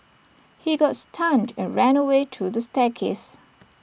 he got stunned and ran away to the staircase